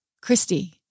Christy